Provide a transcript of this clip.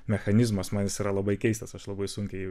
mechanizmas man jis yra labai keistas aš labai sunkiai